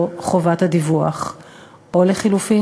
חברותי וחברי,